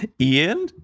Ian